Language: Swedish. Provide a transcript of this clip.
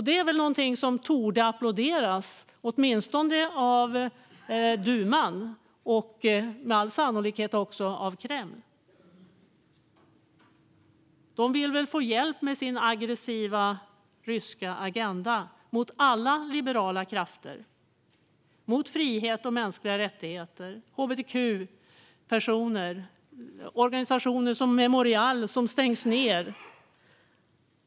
Det är någonting som torde applåderas åtminstone av duman och med all sannolikhet också av Kreml. De vill väl få hjälp med sin aggressiva ryska agenda mot alla liberala krafter, mot frihet och mänskliga rättigheter, mot hbtq-personer och mot organisationer som Memorial, som stängs ned.